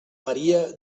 maria